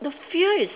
the fear is